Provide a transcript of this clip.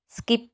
skip